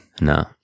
no